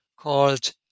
called